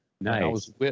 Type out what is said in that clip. Nice